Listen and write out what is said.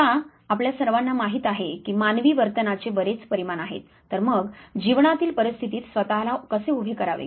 आता आपल्या सर्वांना माहित आहे की मानवी वर्तनाचे बरेच परिमाण आहेत तर मग जीवनातील परिस्थितीत स्वतः ला कसे उभे करावे